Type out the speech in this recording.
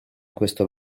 questo